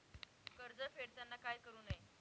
कर्ज फेडताना काय करु नये?